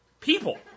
people